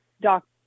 doc